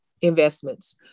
investments